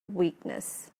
weakness